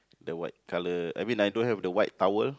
the white color I mean I don't have the white owl